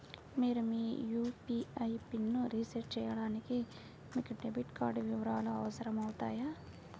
మీరు మీ యూ.పీ.ఐ పిన్ని రీసెట్ చేయడానికి మీకు డెబిట్ కార్డ్ వివరాలు అవసరమవుతాయి